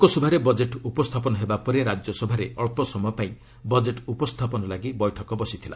ଲୋକସଭାରେ ବଜେଟ୍ ଉପସ୍ଥାପନ ହେବା ପରେ ରାଜ୍ୟସଭାରେ ଅଳ୍ପ ସମୟ ପାଇଁ ବଜେଟ୍ ଉପସ୍ଥାପନ ଲାଗି ବୈଠକ ବସିଥିଲା